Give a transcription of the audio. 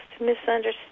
misunderstood